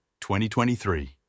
2023